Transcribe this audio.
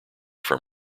from